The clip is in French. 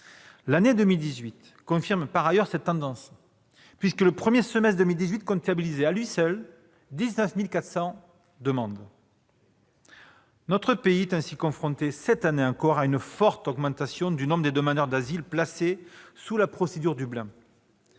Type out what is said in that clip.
L'année 2018 confirme par ailleurs cette tendance, puisque, au cours du seul premier semestre 2018, on comptabilisait 19 400 demandes. Notre pays reste ainsi confronté, cette année encore, à une forte augmentation du nombre des demandeurs d'asile placés sous cette procédure.